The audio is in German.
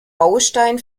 baustein